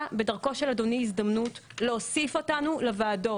בדרכו של אדוני הזדמנות להוסיף אותנו לוועדות.